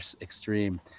extreme